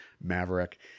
Maverick